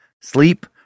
sleep